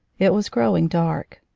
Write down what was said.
it was growing dark.